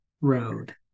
Road